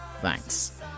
Thanks